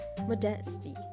modesty